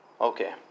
Okay